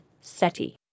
SETI